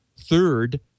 third